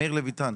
מאיר לויתן,